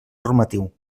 normatiu